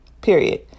Period